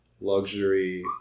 luxury